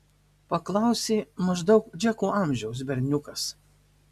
paklausė maždaug džeko amžiaus berniukas